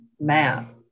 map